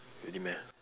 really meh